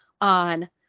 on